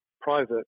private